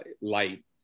light